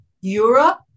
Europe